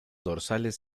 dorsales